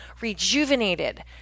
rejuvenated